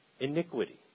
iniquity